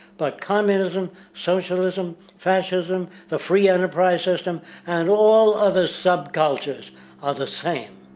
but communism, socialism, fascism, the free enterprise-system and all other sub-cultures are the same.